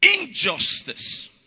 Injustice